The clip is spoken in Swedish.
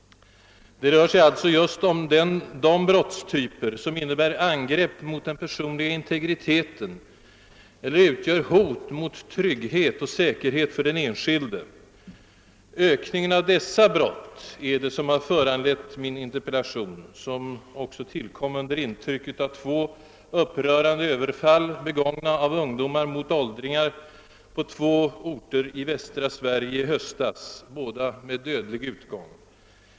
Det rör sig alltså främst om brottstyper, som innebär angrepp mot den personliga integriteten eller utgör hot mot trygghet och säkerhet för den enskilde. Ökningen av dessa brott är det som föranlett min interpellation, vilken också tillkom under intryck av två upprörande överfall i höstas, begångna av ungdomar mot åldringar på två orter i västra Sverige och båda med dödlig utgång.